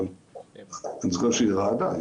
אני זוכר שהיא רעדה.